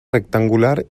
rectangular